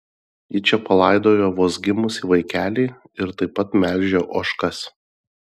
ji čia palaidojo vos gimusį vaikelį ir taip pat melžia ožkas